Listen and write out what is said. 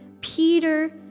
Peter